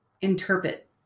interpret